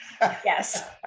yes